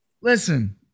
listen